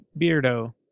beardo